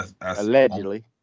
Allegedly